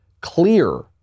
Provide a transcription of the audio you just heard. clear